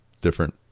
different